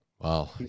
Wow